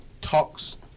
talks